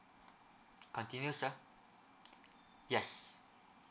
continuous sir yes